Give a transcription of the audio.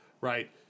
right